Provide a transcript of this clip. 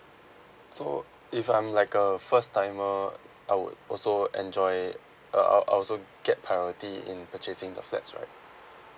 so if I'm like a first timer I would also enjoy uh I I'll also get priority in purchasing the flats right